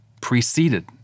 preceded